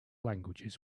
languages